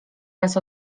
raz